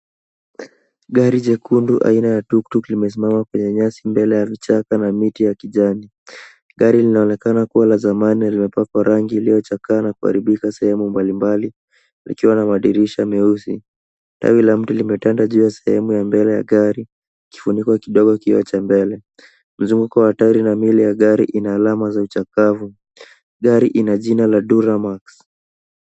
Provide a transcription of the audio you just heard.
Gari jekundu aina ya tuk tuk limesimama kwenye nyasi mbele ya vichaka na miti ya kijani. Gari linaonenaka kuwa la zamani na limepakwa rangi iliyo chakaa na kuharibika sehemu mbalimbali likiwa na madirisha meusi. Tawi la mti limetanda juu ya sehemu ya mbele ya gari ikifunikwa kidogo kioo cha mbele. Mzunguko wa tairi na mwili wa gari ina alama za uchakavu. Gari ina jina la Duramax.